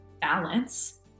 balance